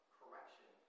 correction